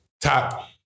top